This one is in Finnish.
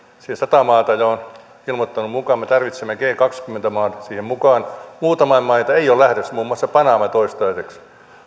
siihen sata maata on jo ilmoittautunut mukaan me tarvitsemme g kaksikymmentä maat siihen mukaan muita maita ei ole lähdössä muun muassa panama toistaiseksi